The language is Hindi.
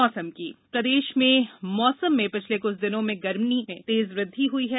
मौसम प्रदेश में मौसम में पिछले कुछ दिनों में गर्मी में तेज वृद्धि हुई है